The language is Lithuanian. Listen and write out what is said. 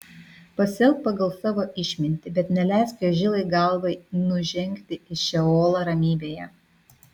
pasielk pagal savo išmintį bet neleisk jo žilai galvai nužengti į šeolą ramybėje